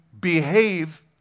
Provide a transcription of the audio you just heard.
behave